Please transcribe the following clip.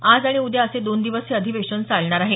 आज आणि उद्या असे दोन दिवस हे अधिवेशन चालणार आहे